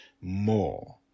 more